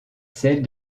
celle